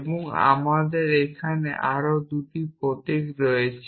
এবং আমাদের এখানে আরও 2টি প্রতীক রয়েছে